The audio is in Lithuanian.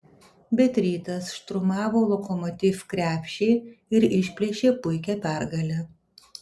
bet rytas šturmavo lokomotiv krepšį ir išplėšė puikią pergalę